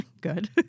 Good